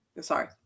Sorry